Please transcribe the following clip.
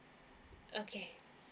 okay